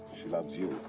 she loves you.